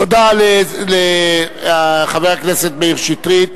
תודה לחבר הכנסת מאיר שטרית.